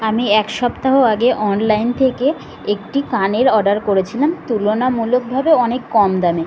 আমি এক সপ্তাহ আগে অনলাইন থেকে একটি কানের অর্ডার করেছিলাম তুলনামূলকভাবে অনেক কম দামে